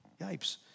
Yipes